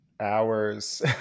hours